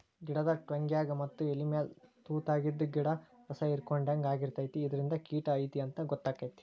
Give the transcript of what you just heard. ಗಿಡದ ಟ್ವಂಗ್ಯಾಗ ಮತ್ತ ಎಲಿಮ್ಯಾಲ ತುತಾಗಿದ್ದು ಗಿಡ್ದ ರಸಾಹಿರ್ಕೊಡ್ಹಂಗ ಆಗಿರ್ತೈತಿ ಇದರಿಂದ ಕಿಟ ಐತಿ ಅಂತಾ ಗೊತ್ತಕೈತಿ